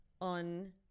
on